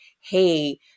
hey